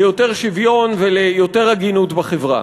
ליותר שוויון וליותר הגינות בחברה?